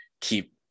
keep